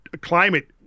climate